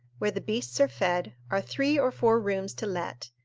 where the beasts are fed, are three or four rooms to let.